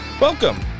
welcome